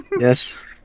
Yes